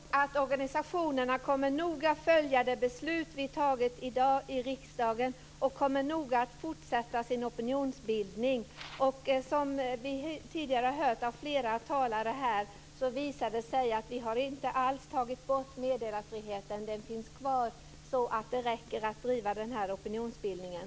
Fru talman! Ja, Inger René, jag tror att organisationerna kommer att noga följa det beslut vi fattar i dag i riksdagen och fortsätta med sin opinionsbildning. Som vi tidigare hört av flera talare här visar det sig att vi inte alls tagit bort meddelarfriheten. Den finns kvar, och det räcker för att driva opinionsbildningen.